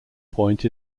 point